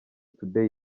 today